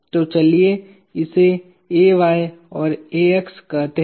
तो चलिए इसे Ay और Ax कहते हैं